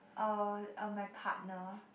uh uh my partner